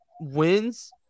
wins